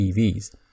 EVs